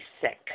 sick